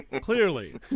Clearly